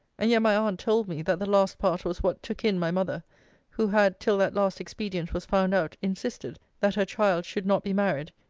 and yet, my aunt told me, that the last part was what took in my mother who had, till that last expedient was found out, insisted, that her child should not be married,